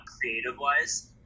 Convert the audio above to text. creative-wise